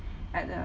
at a